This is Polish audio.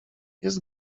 jest